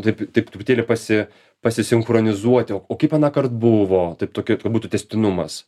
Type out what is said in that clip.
taip taip truputėlį pasi pasisinchronizuoti o kaip anąkart buvo taip tokia kad būtų tęstinumas